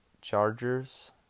Chargers